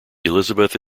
elizabeth